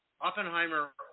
Oppenheimer